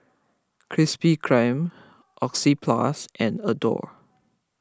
Krispy Kreme Oxyplus and Adore